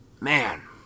man